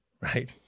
Right